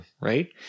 right